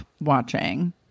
watching